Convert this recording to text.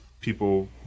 people